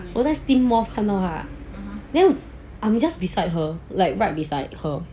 我在 steam M_O_F 看到他 then I'm just beside her like right beside her